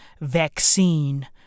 vaccine